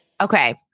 Okay